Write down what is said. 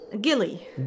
Gilly